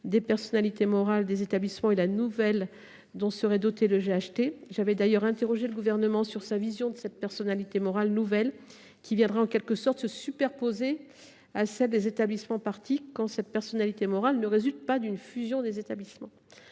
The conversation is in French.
des personnalités morales des établissements avec la nouvelle, dont serait doté le GHT. J’avais d’ailleurs interrogé le Gouvernement sur sa vision de cette nouvelle personnalité morale, qui viendrait en quelque sort se superposer à celle des établissements parties quand elle ne résulte pas d’une fusion de ces derniers.